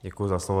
Děkuji za slovo.